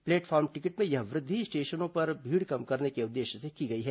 platform ticket में यह वृद्वि स्टेशनों पर भीड़ कम करने के उद्देश्य से की गई है